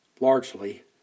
largely